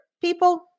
people